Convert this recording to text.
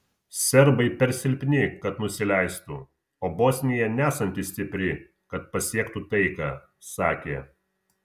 serbai per silpni kad nusileistų o bosnija nesanti stipri kad pasiektų taiką sakė